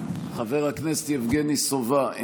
חבר הכנסת יבגני סובה,